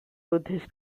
buddhist